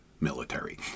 military